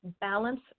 balance